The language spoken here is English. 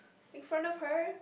in front of her